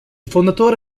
fondatore